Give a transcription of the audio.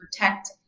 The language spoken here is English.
protect